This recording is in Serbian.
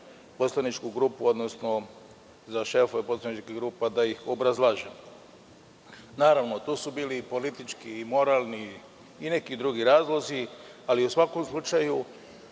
poslaničku grupu, odnosno za šefa poslaničke grupe, da ih obrazložim. Naravno, to su bili politički i moralni i neki drugi razlozi ali u svakom slučaju